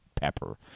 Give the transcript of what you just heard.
pepper